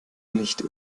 nicht